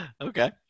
okay